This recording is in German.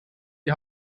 die